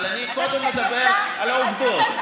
אבל אני קודם אדבר על העובדות.